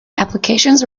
applications